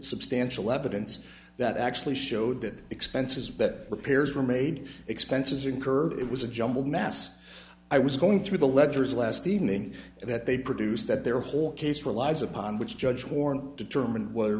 substantial evidence that actually showed that expenses that repairs were made expenses incurred it was a jumbled mess i was going through the letters last evening that they produced that their whole case relies upon which judge warren determined whether